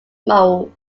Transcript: mould